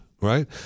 right